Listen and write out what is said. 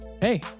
Hey